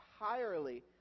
entirely